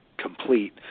complete